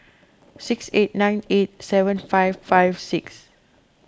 six eight nine eight seven five five six